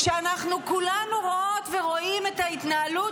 כשאנחנו כולנו רואות ורואים את ההתנהלות